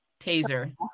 Taser